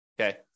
Okay